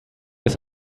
des